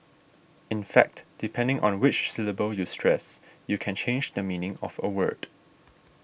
in fact depending on which syllable you stress you can change the meaning of a word